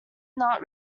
not